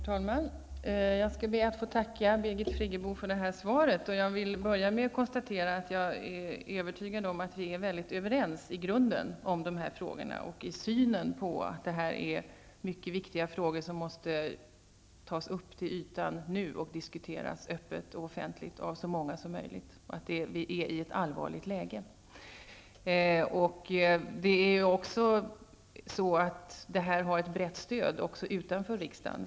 Herr talman! Jag skall be att få tacka Birgit Friggebo för svaret. Jag vill börja med att konstatera att jag är övertygad om att vi är mycket överens i grunden om dessa frågor och i synen på att detta är mycket viktiga frågor som måste tas upp till ytan nu och diskuteras öppet och offentligt av så många som möjligt och att vi befinner oss i ett allvarligt läge. Detta har ett brett stöd även utanför riksdagen.